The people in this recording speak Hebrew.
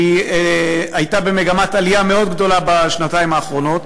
שהייתה במגמת עלייה מאוד גדולה בשנתיים האחרונות,